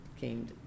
came